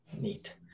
neat